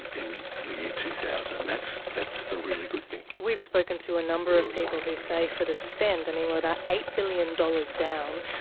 in the year two thousand, that's that's the really good thing. we've spoken to a number of people who say for the spend, mean, we're about eight billion dollars down,